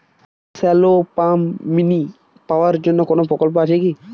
Shallow pump mini power জন্য কোনো প্রকল্প আছে কি?